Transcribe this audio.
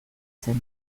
zen